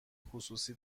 خصوصی